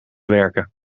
werken